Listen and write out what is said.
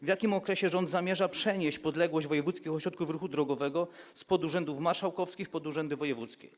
W jakim okresie rząd zamierza przenieść podległość wojewódzkich ośrodków ruchu drogowego z urzędów marszałkowskich do urzędów wojewódzkich?